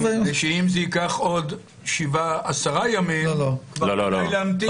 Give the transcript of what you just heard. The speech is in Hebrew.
כי אם זה ייקח עוד שבעה או עשרה ימים כבר כדאי להמתין.